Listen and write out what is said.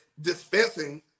dispensing